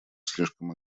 слишком